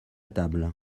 table